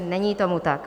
Není tomu tak.